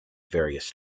various